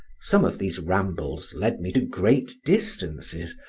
some of these rambles led me to great distances,